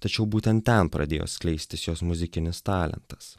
tačiau būtent ten pradėjo skleistis jos muzikinis talentas